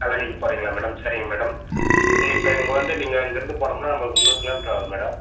கல்லணைக்கு போகிறீங்களா மேடம் சரிங்க மேடம் நீ இப்போ இங்கே வந்து நீங்கள் அங்கேருந்து போனோம்னா நம்பக்கு முந்நூறு கிலோ மீட்ரு ஆகுது மேடம்